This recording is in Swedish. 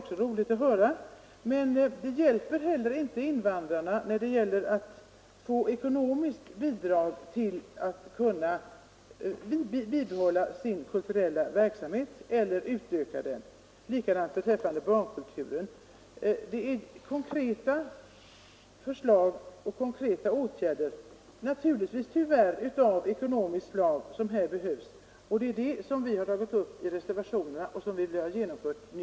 Det är roligt att höra, men det hjälper heller inte invandrarna när det gäller att få ekonomiska bidrag för att de skall kunna bibehålla eller utöka sin egen kulturella verksamhet. På samma sätt är det beträffande barnkulturen. Det är konkreta förslag och konkreta åtgärder — naturligtvis av ekonomiskt slag, tyvärr — som här behövs, och det är detta som vi har tagit upp i reservationerna och som vi vill ha genomfört nu.